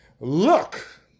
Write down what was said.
Look